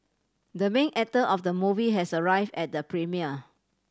the main actor of the movie has arrive at the premiere